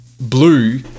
blue